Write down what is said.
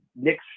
Nick